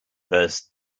burst